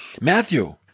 Matthew